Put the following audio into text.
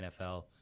NFL